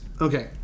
Okay